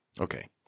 Okay